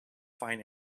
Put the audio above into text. find